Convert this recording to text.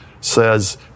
says